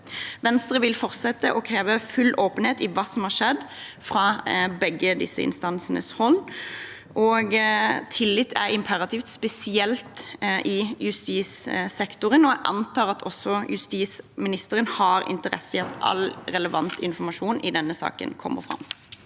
Venstre vil fortsette å kreve full åpenhet om hva som har skjedd, fra begge disse instansenes hold. Tillit er imperativt spesielt i justissektoren, og jeg antar at også justisministeren har interesse av at all relevant informasjon i denne saken kommer fram.